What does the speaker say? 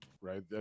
right